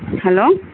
hello